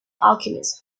alchemist